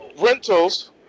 Rentals